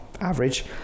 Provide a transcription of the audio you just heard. average